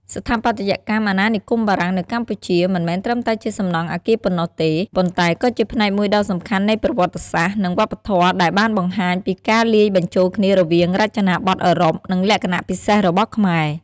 ស្ថាបត្យកម្មអាណានិគមបារាំងនៅកម្ពុជា មិនមែនត្រឹមតែជាសំណង់អគារប៉ុណ្ណោះទេ ប៉ុន្តែក៏ជាផ្នែកមួយដ៏សំខាន់នៃប្រវត្តិសាស្ត្រ និងវប្បធម៌ដែលបានបង្ហាញពីការលាយបញ្ចូលគ្នារវាងរចនាបថអឺរ៉ុប និងលក្ខណៈពិសេសរបស់ខ្មែរ។